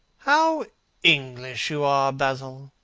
how english you are basil!